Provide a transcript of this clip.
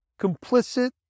complicit